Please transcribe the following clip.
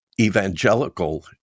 evangelical